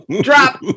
drop